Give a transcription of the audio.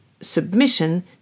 submission